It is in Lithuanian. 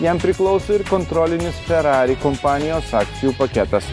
jam priklauso ir kontrolinis ferrari kompanijos akcijų paketas